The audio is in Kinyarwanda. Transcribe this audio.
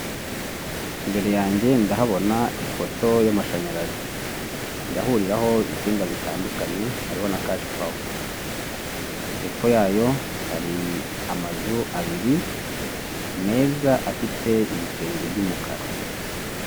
Imbere yange ndahabona ipoto y'amashanyarazi, irahuriraho insinga zitandukanye hariho na kashi pawa, hepfo yayo hari amazu abiri meza afite ibisenge by'umukara.